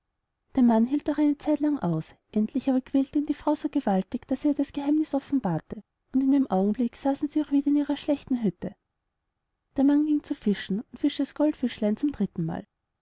der mann hielt auch eine zeit lang aus endlich aber quälte ihn seine frau so gewaltig daß er ihr das geheimniß offenbarte und in dem augenblick saßen sie auch wieder in ihrer schlechten hütte der mann ging zu fischen und fischte das goldfischgen zum drittenmal